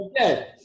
Okay